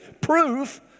proof